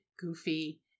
goofy